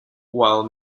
while